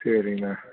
சரிங்க